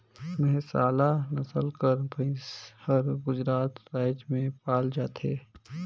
मेहसाला नसल कर भंइस हर गुजरात राएज में पाल जाथे